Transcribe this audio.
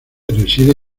reside